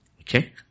Okay